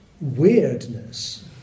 weirdness